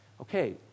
okay